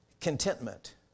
contentment